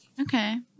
okay